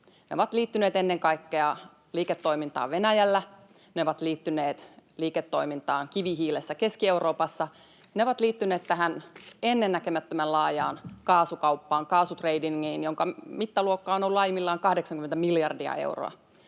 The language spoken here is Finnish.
Ne ovat liittyneet ennen kaikkea liiketoimintaan Venäjällä, ne ovat liittyneet liiketoimintaan kivihiilessä Keski-Euroopassa, ja ne ovat liittyneet tähän ennennäkemättömän laajaan kaasukauppaan, kaasutradingiin, jonka mittaluokka on ollut laajimmillaan 80 miljardia euroa.